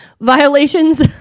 violations